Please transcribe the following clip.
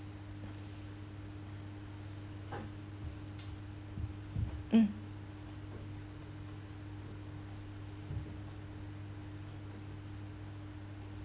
mm